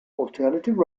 alternative